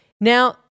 Now